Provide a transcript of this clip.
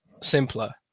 simpler